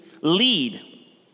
lead